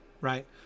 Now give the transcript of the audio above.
right